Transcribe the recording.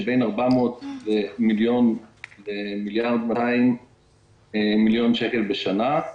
של בין 400 מיליון שקל ל-1.2 מיליארד שקל בשנה.